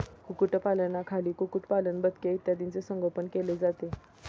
कुक्कुटपालनाखाली कुक्कुटपालन, बदके इत्यादींचे संगोपन केले जाते